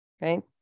right